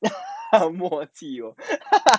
默契